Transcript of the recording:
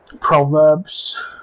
proverbs